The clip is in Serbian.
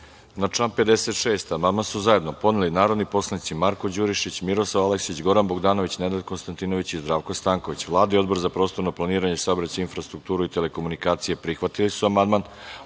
član 56. amandman su zajedno podneli narodni poslanici Marko Đurišić, Miroslav Aleksić, Goran Bogdanović, Nenad Konstantinović i Zdravko Stanković. Vlada i Odbor za prostorno planiranje, saobraćaj, infrastrukturu i telekomunikacije prihvatili su amandman,